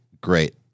great